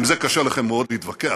עם זה קשה לכם מאוד להתווכח,